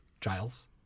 Giles